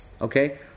Okay